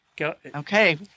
Okay